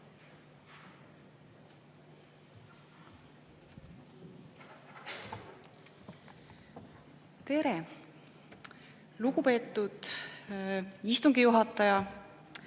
Tere! Lugupeetud istungi juhataja!